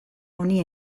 honi